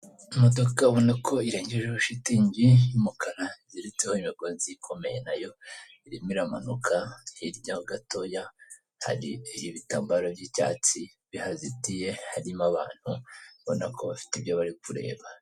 Imodoka ubona ko irengejeho shitingi y'umukara iziritseho imigozi ikomeye, nayo irimo iramanuka. Hirya ho gatoya hari ibitambaro by'icyatsi bihazitiye, harimo abantu ubona ko bafite ibyo bari kureba.